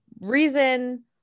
reason